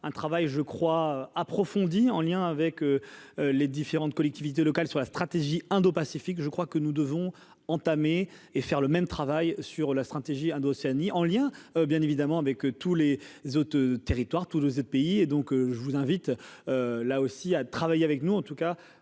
un travail je crois approfondie en lien avec les différentes collectivités locales sur la stratégie indo-Pacifique, je crois que nous devons entamer et faire le même travail sur la stratégie, hein, d'Océanie en lien, bien évidemment, avec tous les autres territoires tous nos 7 pays et donc je vous invite, là aussi à travailler avec nous, en tout cas,